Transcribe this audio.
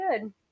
good